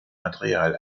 material